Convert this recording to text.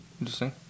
Interesting